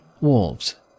Wolves